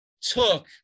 took